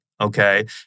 Okay